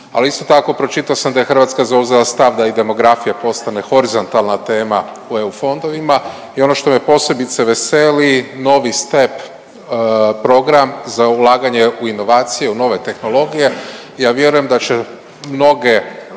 Ali isto tako pročitao sam da je Hrvatska zauzela stav da i demografija postane horizontalna tema u EU fondovima i ono što me posebice veseli novi step program za ulaganje u inovacije, u nove tehnologije. Ja vjerujem da će mnoge